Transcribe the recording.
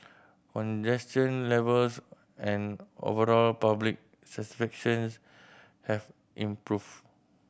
congestion levels and overall public satisfactions have improved